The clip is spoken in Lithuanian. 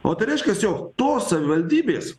o tai reiškias jog tos savivaldybės